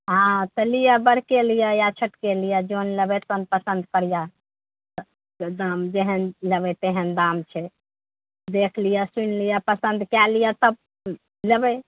हँ तऽ लिअ बड़के लिअ या छोटके लिअ जोन लेबै तोन पसन्द करियौ तऽ दाम जेहन दाम लेबै तेहन दाम छै देखि लिअ सुनि लिअ पसन्द कए लिअ तब लेबै